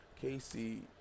Casey